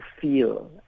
feel